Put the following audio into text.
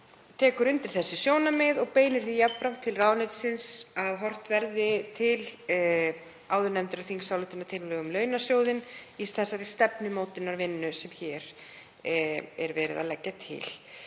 tekur undir þessi sjónarmið og beinir því jafnframt til ráðuneytisins að horft verði til áðurnefndrar þingsályktunartillögu um launasjóðinn í þeirri stefnumótunarvinnu sem hér er verið að leggja til.